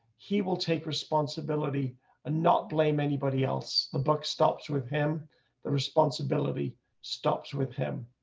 he will take responsibility and not blame anybody else. the buck stops with him the responsibility stops with him.